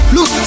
Look